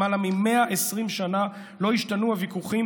למעלה מ-120 שנה לא השתנו הוויכוחים